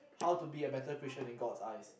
How to be a better Christian in god's eyes